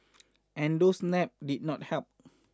and those naps did not help